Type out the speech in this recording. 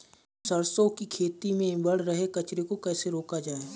सरसों की खेती में बढ़ रहे कचरे को कैसे रोका जाए?